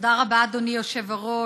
תודה רבה, אדוני היושב-ראש.